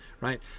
right